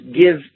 give